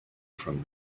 from